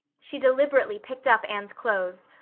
she deliberately picked up anne's clothes,